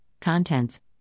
contents